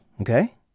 okay